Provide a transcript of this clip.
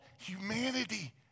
humanity